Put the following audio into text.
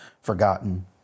forgotten